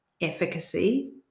efficacy